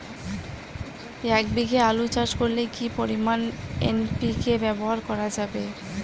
এক বিঘে আলু চাষ করলে কি পরিমাণ এন.পি.কে ব্যবহার করা যাবে?